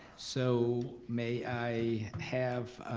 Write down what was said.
so may i have